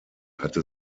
hatte